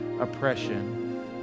oppression